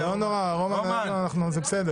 2. הצעת